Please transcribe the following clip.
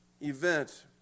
event